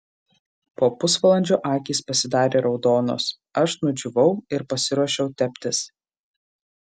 po pusvalandžio akys pasidarė raudonos aš nudžiūvau ir pasiruošiau teptis